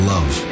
Love